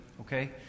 okay